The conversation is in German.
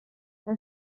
frau